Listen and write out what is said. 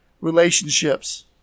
relationships